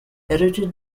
edited